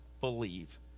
believe